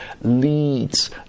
leads